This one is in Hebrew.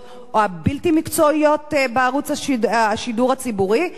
או הבלתי-מקצועיות בערוץ השידור הציבורי,